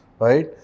right